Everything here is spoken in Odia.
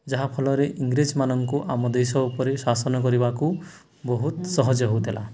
ଯାହାଫଳରେ ଇଂରେଜମାନଙ୍କୁ ଆମ ଦେଶ ଉପରେ ଶାସନ କରିବାକୁ ବହୁତ ସହଜ ହଉଥିଲା